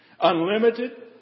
Unlimited